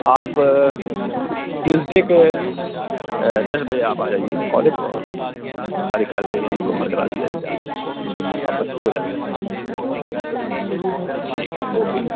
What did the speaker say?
آپ ٹیوزڈے کے دس بجے آپ آ جائیے کالج اور ساری کاروائیاں مکمل کرا دی جائیں گی آپ کو آپ بچے کو لے جا سکتی ہیں ٹھیک ہے اوکے